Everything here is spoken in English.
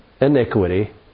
iniquity